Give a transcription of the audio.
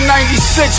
96